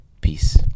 Peace